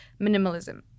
minimalism